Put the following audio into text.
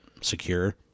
secure